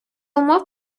умов